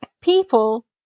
people